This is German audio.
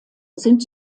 sind